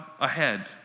ahead